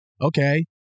okay